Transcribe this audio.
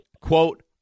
Quote